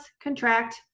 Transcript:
contract